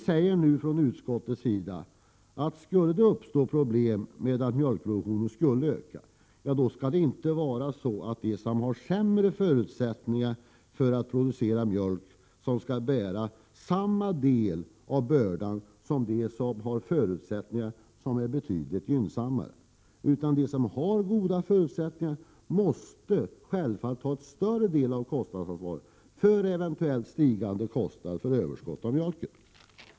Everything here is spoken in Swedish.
Utskottets majoritet säger att skulle det uppstå problem med att mjölkproduktionen ökar, då skall de som har sämre förutsättningar för att producera mjölk inte bära samma andel av bördan som de som har betydligt gynnsammare förutsättningar. De som har goda förutsättningar måste självfallet ta en större del av kostnadsansvaret för eventuellt stigande kostnad för överskott av mjölk.